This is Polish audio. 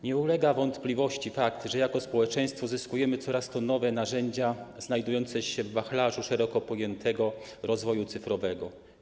Nie ulega wątpliwości fakt, że jako społeczeństwo zyskujemy coraz to nowe narzędzia znajdujące się w wachlarzu szeroko pojętego rozwoju cyfrowego.